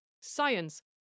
science